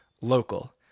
local